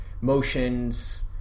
motions